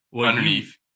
underneath